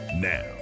Now